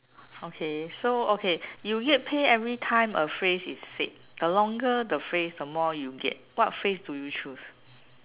okay so okay you get paid everytime a phrase is said the longer the phrase the more you get what phrase do you choose